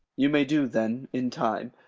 you may do, then, in time.